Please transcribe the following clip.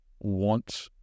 want